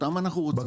אותם אנחנו רוצים.